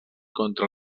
contra